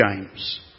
James